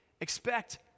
Expect